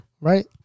Right